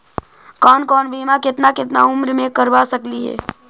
कौन कौन बिमा केतना केतना उम्र मे करबा सकली हे?